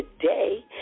today